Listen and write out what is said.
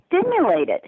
stimulated